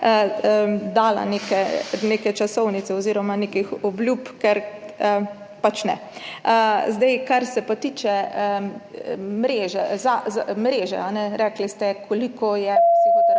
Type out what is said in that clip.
dala neke časovnice oziroma nekih obljub, ker pač ne. Kar se pa tiče mreže, rekli ste, koliko je psihoterapevtov